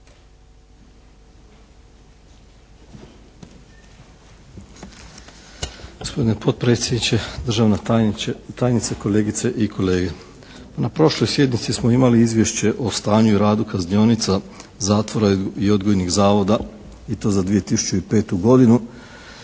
Gospodine potpredsjedniče, državna tajnice, kolegice i kolege. Na prošloj sjednici smo imali Izvješće o stanju i radu kaznionica, zatvora i odgojnih zavoda i to za 2005. godinu.